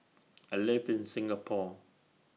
I live in Singapore